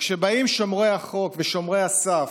כששומרי החוק ושומרי הסף,